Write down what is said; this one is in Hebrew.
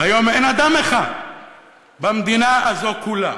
והיום אין אדם אחד במדינה הזאת כולה